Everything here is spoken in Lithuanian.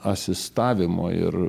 asistavimo ir